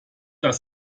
das